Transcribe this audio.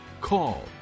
call